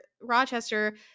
Rochester